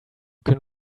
can